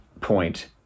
point